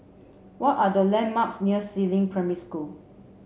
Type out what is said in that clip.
what are the landmarks near Si Ling Primary School